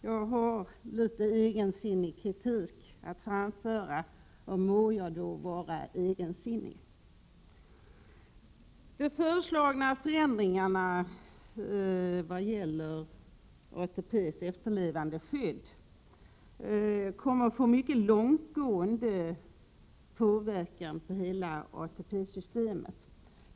Jag har litet egensinnig kritik att framföra, och må jag då vara egensinnig. De föreslagna förändringarna vad gäller ATP:s efterlevandeskydd kommer att få mycket långtgående inverkan på hela ATP-systemet.